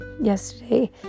yesterday